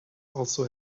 also